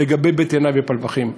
לגבי בית-ינאי ופלמחים,